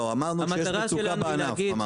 לא, אמרנו שיש מצוקה בענף.